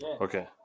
Okay